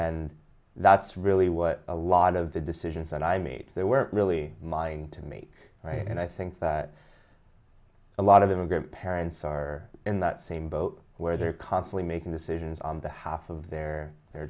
and that's really what a lot of the decisions and i made that were really mine to make right and i think that a lot of immigrant parents are in that same boat where they're constantly making decisions on behalf of their